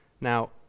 Now